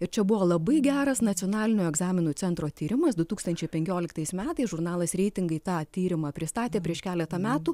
ir čia buvo labai geras nacionalinio egzaminų centro tyrimas du tūkstančiai penkioliktais metais žurnalas reitingai tą tyrimą pristatė prieš keletą metų